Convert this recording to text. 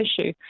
issue